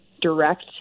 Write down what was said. direct